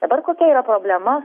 dabar kokia yra problema